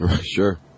Sure